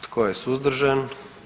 Tko je suzdržan?